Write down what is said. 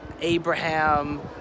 Abraham